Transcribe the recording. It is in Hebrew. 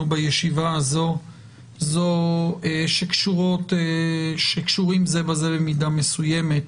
בישיבה הזאת שבמידה מסוימת קשורים זה בזה,